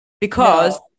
because-